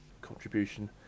contribution